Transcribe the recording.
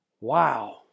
wow